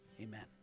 amen